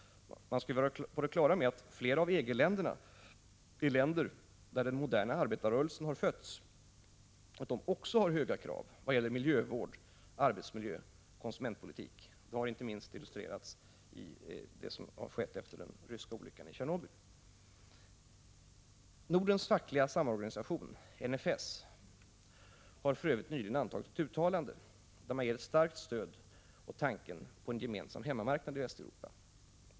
Man skall vara på det klara med att flera av EG-länderna är länder där den moderna arbetarrörelsen har fötts och att de också har höga krav vad gäller miljövård, arbetsmiljö och konsumentpolitik. Det har inte minst illustrerats i det som skett efter den ryska olyckan i Tjernobyl. Nordens fackliga samorganisation, NFS, har för övrigt nyligen antagit ett uttalande, där man ger starkt stöd åt tanken på en gemensam hemmamarknadi Västeuropa.